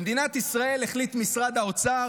במדינת ישראל החליט משרד האוצר,